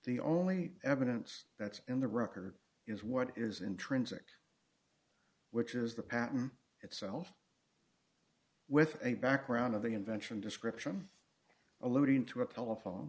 the only evidence that's in the record is what is intrinsic which is the patent itself with a background of the invention description alluding to a telephone